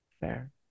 Fair